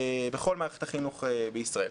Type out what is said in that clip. בכל מערכת החינוך בישראל.